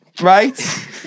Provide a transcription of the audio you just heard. right